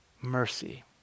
mercy